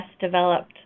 developed